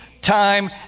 time